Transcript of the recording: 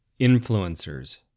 influencers